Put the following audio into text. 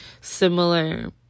similar